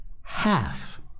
half